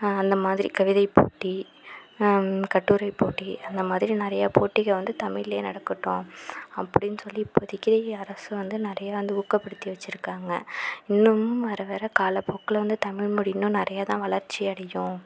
அந்த மாதிரி கவிதை போட்டி கட்டுரை போட்டி அந்த மாதிரி நிறைய போட்டிக வந்து தமிழ்லையே நடக்கட்டும் அப்படினு சொல்லி இப்போதைக்கு அரசு வந்து நிறைய வந்து ஊக்கப்படுத்தி வச்சியிருக்காங்க இன்னுமும் வர வர காலப்போக்கில் வந்து தமிழ் மொழி இன்னும் நிறையா தான் வளர்ச்சி அடையும்